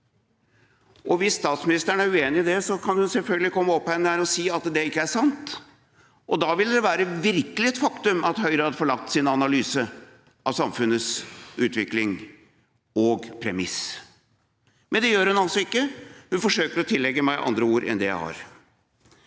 Hvis statsministeren er uenig i det, kan hun selvfølgelig komme opp hit igjen og si at det ikke er sant, og da vil det virkelig være et faktum at Høyre har forlatt sin analyse av samfunnets utvikling og premiss. Men det gjør hun altså ikke, hun forsøker å tillegge meg andre ord enn dem jeg har.